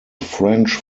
french